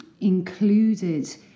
included